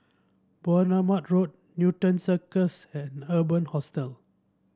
Bournemouth Road Newton Circus and Urban Hostel